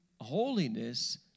holiness